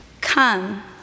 Come